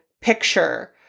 picture